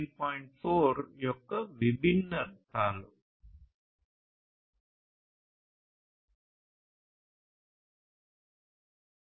4 యొక్క విభిన్న రకాలు